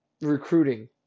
recruiting